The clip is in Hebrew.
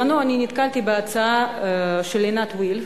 נתקלתי בהצעה של עינת וילף,